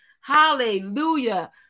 Hallelujah